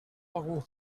algú